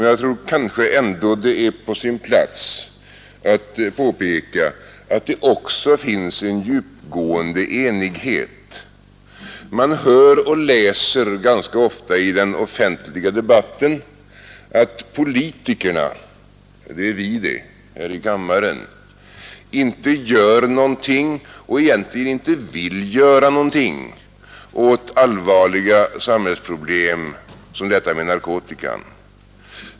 Jag tror kanske ändå att det är på sin plats att påpeka att det också finns en djupgående enighet. Man hör och läser ganska ofta i den offentliga debatten att politikerna — det är vi här i kammaren — inte gör någonting och egentligen inte vill göra någonting åt allvarliga samhällsproblem, som detta med narkotika.